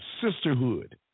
sisterhood